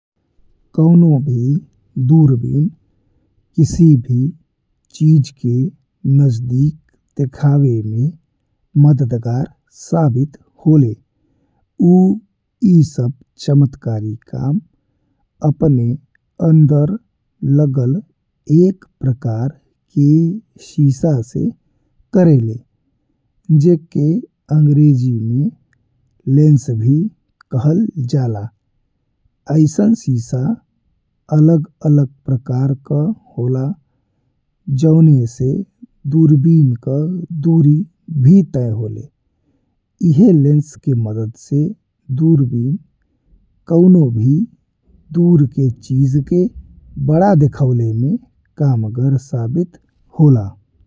कउनो भी दूरबीन कउनो भी चीज के नजदीक देखावे में मददगार साबित होले। ऊ ई सब चमत्कारी काम अपने अंदर लागल एक प्रकार के शीशा से करेला, जेके अंगरेजी में लेंस भी कहल जाला। अइसन शीशा अलग अलग प्रकार का होला जौने से दूरबीन का भी दूरी तय होले एह लेंस के मदद से दूरबीन कउनो भी दूर के चीज के बड़ा देखावले में कामगार साबित होले।